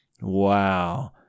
wow